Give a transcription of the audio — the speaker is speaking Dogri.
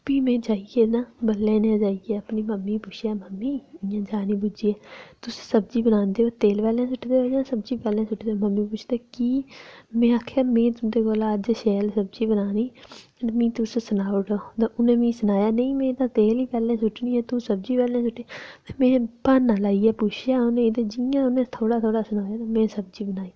फ्ही में जाइयै ना बल्लै नै जाइयै अपनी मम्मी गी पुच्छेआ मम्मी इ'यां जानी बुज्झियै तुस सब्जी बनांदे ओ तेल पैह्लें सु'टदे ओ जां सब्जी पैह्ले सु'टदे ओ मम्मी पुच्छदे कि में आखेआ में तुं'दे कोला अज्ज शैल सब्जी बनानी ते मी तुस सनाई ओड़ो ते उ'नै मी सनाया नेईं में ते तेल ई पैह्लें सु'ट्टनी ऐ ते तू सब्जी पैह्लें सु'ट ते में ब्हान्ना लाइयै पुच्छेआ हा में ते जि'यां में थोह्ड़ा थोह्ड़ा सनाया ते में सब्जी बनाई